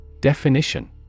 Definition